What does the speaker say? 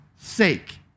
sake